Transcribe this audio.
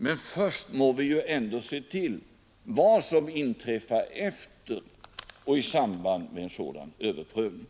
Men först må vi ändå se vad som inträffar efter och i samband med en sådan överprövning.